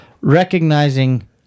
recognizing